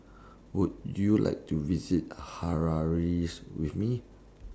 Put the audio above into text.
Would YOU like to visit Harare with Me